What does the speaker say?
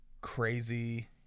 crazy